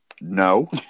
No